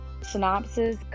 synopsis